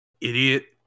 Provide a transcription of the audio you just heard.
Idiot